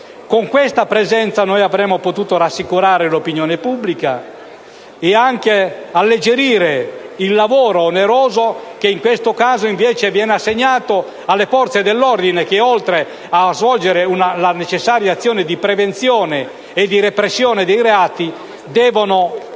Con questa presenza avremmo potuto rassicurare l'opinione pubblica ed anche alleggerire il lavoro oneroso che in questo caso, invece, viene assegnato alle forze dell'ordine, i cui rappresentanti oltre a svolgere la necessaria azione di prevenzione e di repressione dei reati, devono far